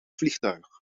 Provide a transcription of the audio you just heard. vliegtuig